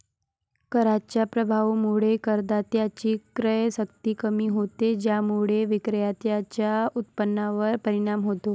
कराच्या प्रभावामुळे करदात्याची क्रयशक्ती कमी होते, ज्यामुळे विक्रेत्याच्या उत्पन्नावर परिणाम होतो